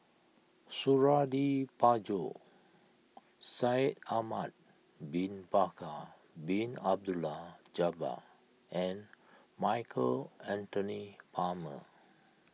Suradi Parjo Shaikh Ahmad Bin Bakar Bin Abdullah Jabbar and Michael Anthony Palmer